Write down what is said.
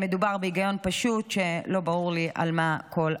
מדובר בהיגיון פשוט, ולא ברור לי על מה כל המהומה.